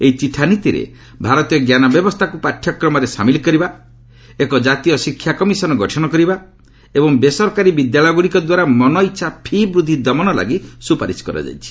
ଏହି ଚିଠା ନୀତିରେ ଭାରତୀୟ ଜ୍ଞାନ ବ୍ୟବସ୍ଥାକୁ ପାଠ୍ୟକ୍ରମରେ ସାମିଲ କରିବା ଏକ ଜାତୀୟ ଶିକ୍ଷା କମିଶନ୍ ଗଠନ କରିବା ଏବଂ ବେସରକାରୀ ବିଦ୍ୟାଳୟଗୁଡ଼ିକଦ୍ୱାରା ମନଇଚ୍ଛା ଫି' ବୃଦ୍ଧି ଦମନ ଲାଗି ସୁପାରିସ୍ କରାଯାଇଛି